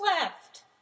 left